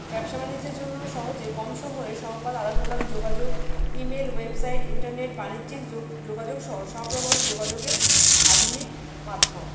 ব্যবসা বাণিজ্যের জন্য সহজে কম সময়ে সংবাদ আদানপ্রদান যোগাযোগ ইমেল ওয়েবসাইট ইন্টারনেট বাণিজ্যিক যোগ যোগাযোগ সহ সব রকমের যোগাযোগের আধুনিক মাধ্যম